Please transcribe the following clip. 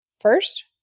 first